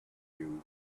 you